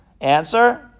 answer